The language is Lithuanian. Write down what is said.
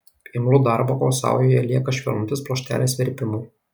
imlu darbo kol saujoje lieka švelnutis pluoštelis verpimui